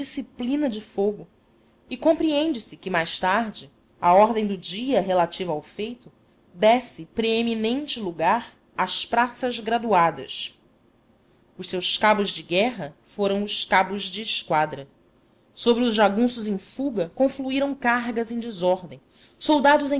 indisciplina de fogo e compreende-se que mais tarde a ordem do dia relativa ao feito desse preeminente lugar às praças graduadas os seus cabos de guerra foram os cabos de esquadra sobre os jagunços em fuga confluíram cargas em desordem soldados